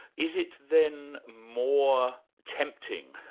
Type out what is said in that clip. is it then more tempting,